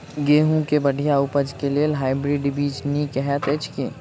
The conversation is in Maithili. गेंहूँ केँ बढ़िया उपज केँ लेल हाइब्रिड बीज नीक हएत अछि की?